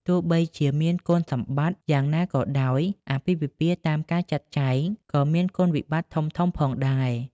ទោះបីជាមានគុណសម្បត្តិយ៉ាងណាក៏ដោយ អាពាហ៍ពិពាហ៍តាមការចាត់ចែងក៏មានគុណវិបត្តិធំៗផងដែរ។